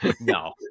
No